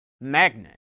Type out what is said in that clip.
magnet